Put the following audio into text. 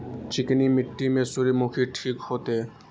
चिकनी मिट्टी में सूर्यमुखी ठीक होते?